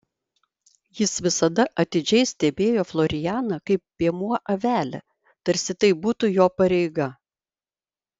jis visada atidžiai stebėjo florianą kaip piemuo avelę tarsi tai būtų jo pareiga